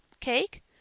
Cake